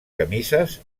camises